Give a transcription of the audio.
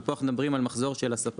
ופה אנחנו מדברים על המחזור של הספק.